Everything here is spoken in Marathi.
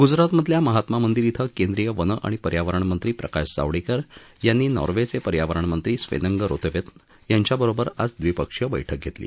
गुजरातमधल्या महात्मा मंदिर श्विं केंद्रीय वन आणि पर्यावरण मंत्री प्रकाश जावडेकर यांनी नार्वेचे पर्यावरण मंत्री स्वेनंग रोतेवत्न यांच्याबरोबर आज द्विपक्षीय बैठक घेतली